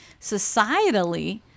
societally